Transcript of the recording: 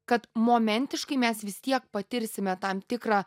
kad momentiškai mes vis tiek patirsime tam tikrą